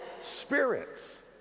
spirits